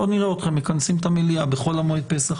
בואו נראה אתכם מכנסים את המליאה בחול המועד פסח.